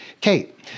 Kate